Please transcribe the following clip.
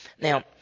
Now